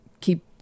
keep